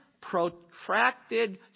protracted